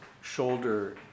shoulder